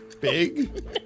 Big